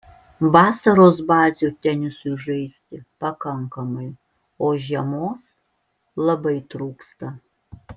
vasaros bazių tenisui žaisti pakankamai o žiemos labai trūksta